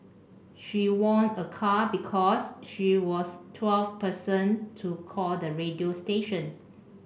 she won a car because she was twelfth person to call the radio station